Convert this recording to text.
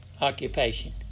occupation